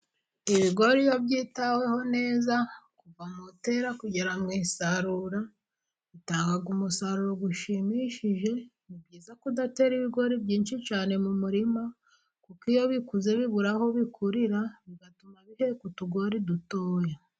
Ibigori iyo byitaweho neza kuva mu gutera kugera mu gusarura bitanga umusaruro ushimishije, ni byiza kudatera ibigori byinshi cyane mu murima, kuko iyo bikuze bibura aho bikurira bigatuma biheka utugori dutoya.